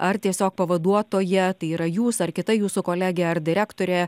ar tiesiog pavaduotoja tai yra jūs ar kita jūsų kolegė ar direktorė